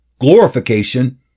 Glorification